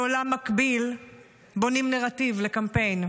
בעולם מקביל בונים נרטיב לקמפיין: